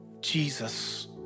Jesus